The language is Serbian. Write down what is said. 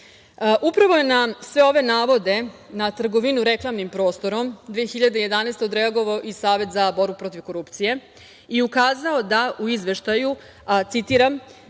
Đilasa. Upravo je na sve ove navode, na trgovinu reklamnim prostorom 2011. godine odreagovao i Savet za borbu protiv korupcije i ukazao u izveštaju, citiram